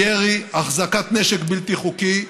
ירי, החזקת נשק בלתי חוקי,